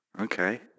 Okay